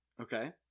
Okay